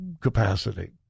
capacity